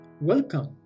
Welcome